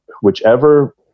whichever